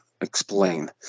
explain